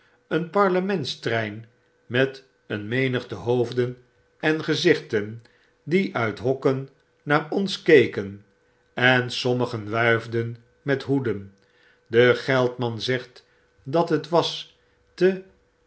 een parlementstrein met een nsenigte hoofden en gezichten die uit hokken naar ons keken en sommigen wuifden met hoeden de geldman zegt dat het was te